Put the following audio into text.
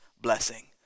blessing